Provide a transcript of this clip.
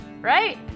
Right